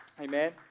Amen